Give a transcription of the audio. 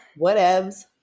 whatevs